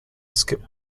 skip